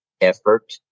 effort